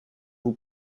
vous